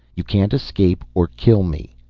you can't escape or kill me.